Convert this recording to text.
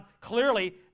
clearly